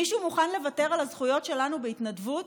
מישהו מוכן לוותר על הזכויות שלנו בהתנדבות,